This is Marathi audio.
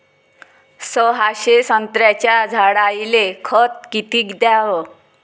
सहाशे संत्र्याच्या झाडायले खत किती घ्याव?